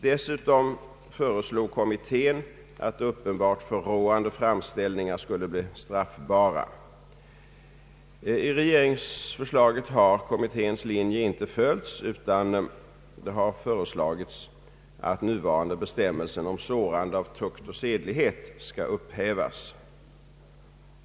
Dessutom föreslog kommittén att uppenbart förråande framställningar skall bli straffbara. I regeringsförslaget har kommitténs linje inte följts, utan det har föreslagits att nuvarande bestämmelser om sårande av tukt och sedlighet skall upphävas.